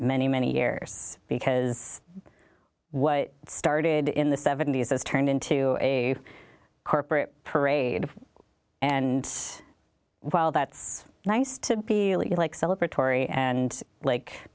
many many years because what started in the seventy's has turned into a corporate parade and while that's nice to be like celebratory and like